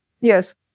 Yes